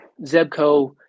Zebco